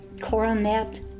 Coronet